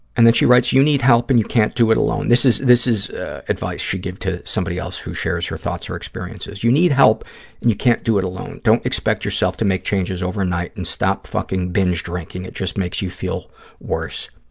and then she writes, you need help and you can't do it alone, this is this is advice she'd give to somebody else who shares her thoughts or experiences. you need help and you can't do it alone. don't expect yourself to make changes overnight and stop fucking binge drinking. it just makes you feel worse.